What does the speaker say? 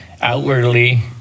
outwardly